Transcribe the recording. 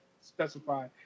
specify